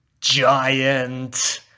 Giant